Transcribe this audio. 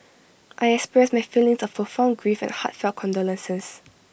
I express my feelings of profound grief and heartfelt condolences